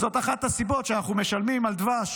זאת אחת הסיבות שבמדינת ישראל אנחנו משלמים על דבש